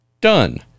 Done